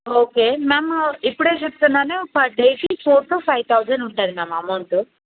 okay ma'am ఇప్పుడే చెప్తున్నాను per డేకి ఫోర్ టు ఫైవ్ థౌసండ్ ఉంటుంది మ్యామ్ అమౌంటు